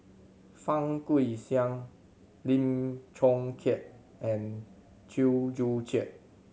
Fang Guixiang Lim Chong Keat and Chew Joo Chiat